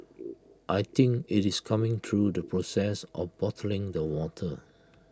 I think IT is coming through the process of bottling the water